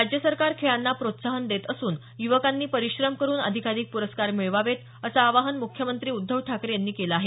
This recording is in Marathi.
राज्य सरकार खेळांना प्रोत्साहन देत असून युवकांनी परिश्रम करुन अधिकाधिक प्रस्कार मिळवावेत असं आवाहन मुख्यमंत्री उध्दव ठाकरे यांनी केलं आहे